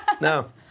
No